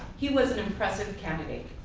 he was an impressive candidate.